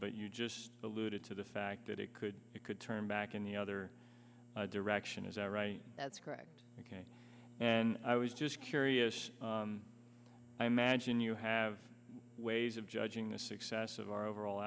but you just alluded to the fact that it could it could turn back in the other direction is that right that's correct and i was just curious i imagine you have ways of judging the success of our overall